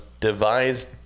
devised